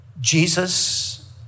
Jesus